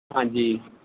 ਹਾਂਜੀ